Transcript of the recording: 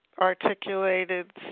articulated